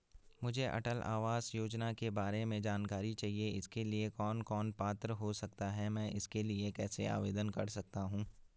मुझे अटल आवास योजना के बारे में जानकारी चाहिए इसके लिए कौन कौन पात्र हो सकते हैं मैं इसके लिए कैसे आवेदन कर सकता हूँ?